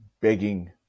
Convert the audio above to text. begging